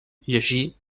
llegir